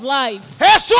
life